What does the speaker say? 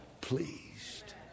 pleased